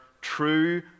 true